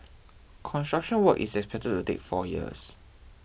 construction work is expected to take four years